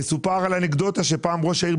מסופר על כך שפעם ראש העיר,